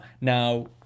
Now